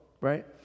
right